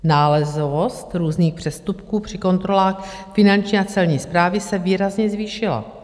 Nálezovost různých přestupků při kontrolách finanční a celní správy se výrazně zvýšila.